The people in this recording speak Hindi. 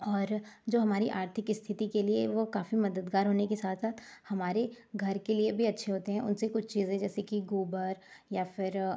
और जो हमारी आर्थिक स्थिति के लिए वो काफ़ी मददगार होने के साथ साथ हमारे घर के लिए भी अच्छे होते हैं उनसे कुछ चीज़ें जैसे कि गोबर या फिर